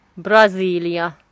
Brasilia